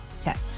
tips